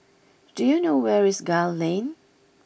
do you know where is Gul Lane